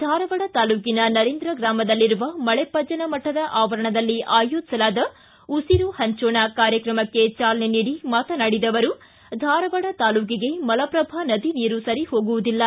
ಧಾರವಾಡ ತಾಲೂಕಿನ ನರೇಂದ್ರ ಗ್ರಾಮದಲ್ಲಿರುವ ಮಳೆಪ್ಪಜ್ಜನ ಮಠದ ಆವರಣದಲ್ಲಿ ಆಯೋಜಿಸಲಾದ ಉಸಿರು ಹಂಚೋಣ ಕಾರ್ಯಕ್ರಮಕ್ಕೆ ಚಾಲನೆ ನೀಡಿ ಮಾತನಾಡಿದ ಅವರು ಧಾರವಾಡ ತಾಲೂಕಿಗೆ ಮಲಪ್ರಭಾ ನದಿ ನೀರು ಸರಿ ಹೋಗುವುದಿಲ್ಲ